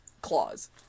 claws